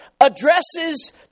addresses